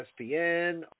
ESPN